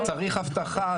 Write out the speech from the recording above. צריך אבטחה,